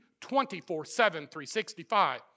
24-7-365